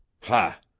ha!